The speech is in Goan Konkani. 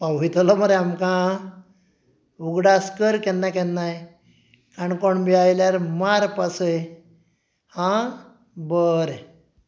पावयतलो मरे आमकां उगडास कर केन्ना केन्नाय काणकोण बी आयल्यार मार पासय हां बरें